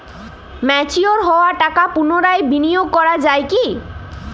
Mature হওয়া টাকা পুনরায় বিনিয়োগ করা য়ায় কি?